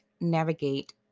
navigate